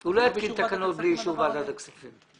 הוא לא יתקין תקנות בלי אישור ועדת הכספים.